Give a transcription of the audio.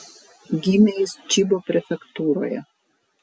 gimė jis čibo prefektūroje